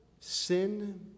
Sin